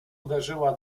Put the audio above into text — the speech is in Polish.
uderzyła